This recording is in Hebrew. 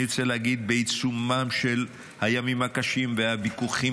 אני רוצה לומר בעיצומם של הימים הקשים והוויכוחים